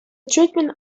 treatment